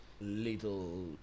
little